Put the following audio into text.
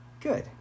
Good